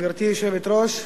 גברתי היושבת-ראש,